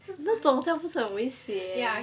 那种这样不是很危险